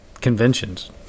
conventions